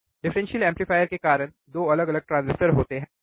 differential amplifier के कारण 2 अलग अलग ट्रांजिस्टर होते हैं